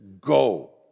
go